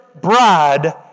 bride